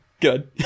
Good